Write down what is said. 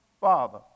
Father